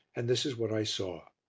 and this is what i saw.